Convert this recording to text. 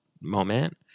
moment